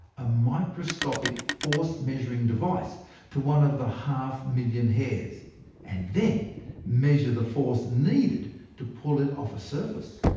a microscopic force measuring device to one of the half-million hairs and then measure the force needed to pull it off a surface.